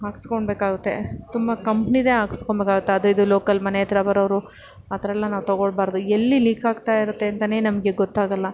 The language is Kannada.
ಹಾಕ್ಸ್ಕೊಳ್ಬೇಕಾಗುತ್ತೆ ತುಂಬ ಕಂಪ್ನಿದೆ ಹಾಕ್ಸ್ಕೊಳ್ಬೇಕಾಗುತ್ತೆ ಅದು ಇದು ಲೋಕಲ್ ಮತ್ತು ಮನೆ ಹತ್ರ ಬರೋರು ಆ ಥರ ಎಲ್ಲ ನಾವು ತಗೊಳ್ಳಬಾರ್ದು ಎಲ್ಲಿ ಲೀಕಾಗ್ತಾಯಿರುತ್ತೆ ಅಂತಲೇ ನಮಗೆ ಗೊತ್ತಾಗೋಲ್ಲ